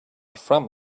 from